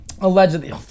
allegedly